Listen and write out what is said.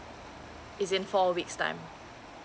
is in four weeks time